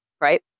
right